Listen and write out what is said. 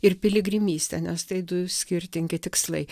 ir piligrimystę nes tai du skirtingi tikslai